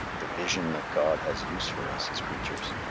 the vision that god has use for us his creatures,